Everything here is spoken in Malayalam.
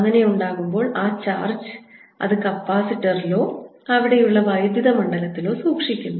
അങ്ങനെ ഉണ്ടാകുമ്പോൾ ആ ചാർജ് അത് കപ്പാസിറ്ററിലോ അവിടെയുള്ള വൈദ്യുത മണ്ഡലത്തിലോ സൂക്ഷിക്കുന്നു